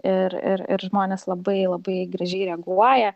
ir ir ir žmonės labai labai gražiai reaguoja